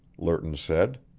lerton said.